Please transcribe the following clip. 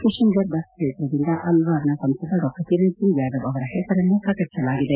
ಕಿಶನ್ಫರ್ ಬಸ್ ಕ್ಷೇತ್ರದಿಂದ ಅಲ್ವಾರ್ನ ಸಂಸದ ಡಾ ಕಿರಣ್ ಸಿಂಗ್ ಯಾದವ್ ಅವರ ಹೆಸರನ್ನು ಪ್ರಕಟಿಸಲಾಗಿದೆ